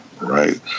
Right